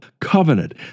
covenant